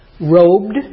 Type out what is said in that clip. robed